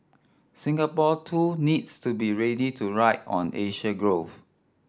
Singapore too needs to be ready to ride on Asia growth